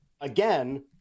again